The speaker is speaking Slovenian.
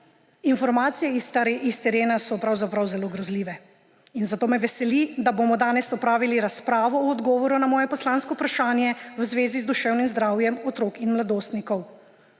Informacije s terena so pravzaprav zelo grozljive in zato me veseli, da bomo danes opravili razpravo o odgovoru na moje poslansko vprašanje v zvezi z duševnim zdravjem otrok in mladostnikov.